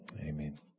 Amen